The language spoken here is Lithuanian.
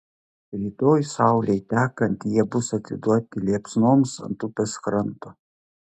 rytoj saulei tekant jie bus atiduoti liepsnoms ant upės kranto